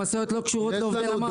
המשאיות לא קשורות לעובדי נמל.